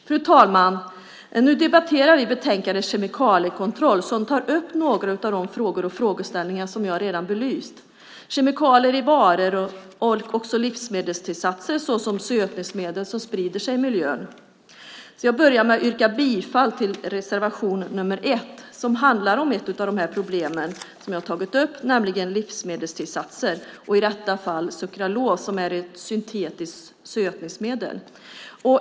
Fru talman! Nu debatterar vi betänkandet Kemikaliekontroll där några av de frågor och frågeställningar tas upp som jag redan har belyst - kemikalier i varor och också livsmedelstillsatser, exempelvis sötningsmedel som sprider sig i miljön. Jag yrkar bifall till reservation 1 som handlar om ett av de problem som jag tagit upp, nämligen problemet med livsmedelstillsatser, i det här fallet sukralos som är ett syntetiskt sötningsmedel.